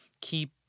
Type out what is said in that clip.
keep